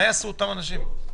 מה יעשו אותם אנשים?